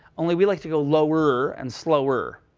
only we like to go lower and slower.